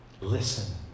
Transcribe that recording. Listen